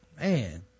Man